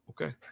Okay